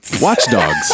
watchdogs